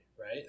right